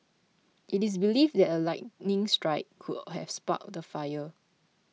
it is believed that a lightning strike could have sparked the fire